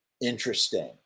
interesting